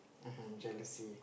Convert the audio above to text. [uh um] jealousy